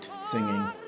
singing